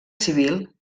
civil